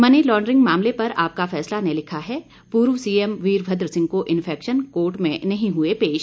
money laundering मामले पर आपका फैसला ने लिखा है पूर्व सीएम वीरभद्र सिंह को इन्फेक्शन कोर्ट में नहीं हुए पेश